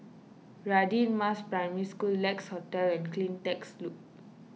Radin Mas Primary School Lex Hotel and CleanTech Loop